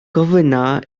gofynna